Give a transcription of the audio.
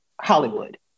Hollywood